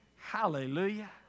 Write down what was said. Hallelujah